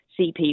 CP